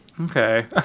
Okay